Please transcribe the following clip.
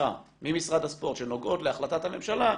תמיכה ממשרד הספורט שנוגעות להחלטת הממשלה,